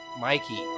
Mikey